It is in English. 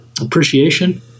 appreciation